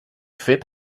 fet